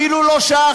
אפילו לא שעה,